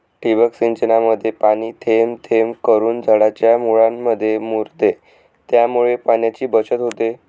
ठिबक सिंचनामध्ये पाणी थेंब थेंब करून झाडाच्या मुळांमध्ये मुरते, त्यामुळे पाण्याची बचत होते